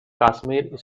kashmir